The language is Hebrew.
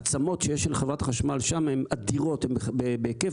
הצמות שיש לחברת החשמל שם הן אדירות בהיקף,